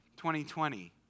2020